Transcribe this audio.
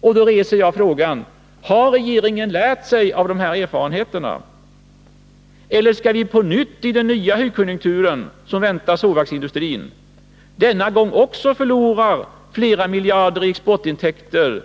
Då reser jag frågan: Har regeringen lärt sig av de här erfarenheterna, eller skall vi också under den nya högkonjunkturen, som väntas inom sågverksindustrin, förlora flera miljarder i exportintäkter?